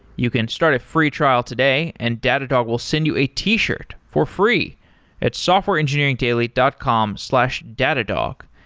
you can start a free trial today and datadog will send you a t-shirt for free at softwareengineeringdaily dot com slash datadog.